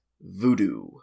Voodoo